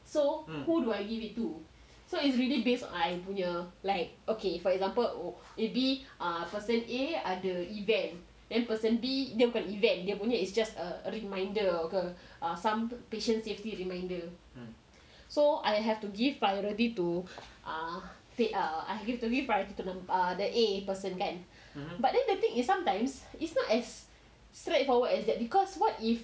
so who do I give it to so it's really based I punya like okay for example maybe person A ada event then person B dia bukan event dia punya it's just a reminder ke some patient safety reminder so I have to give priority to uh ah I have to give priority to the A person kan but then the thing is sometimes is not as straightforward as that because what if